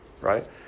Right